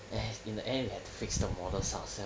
eh in the end we had to fix the model ourselves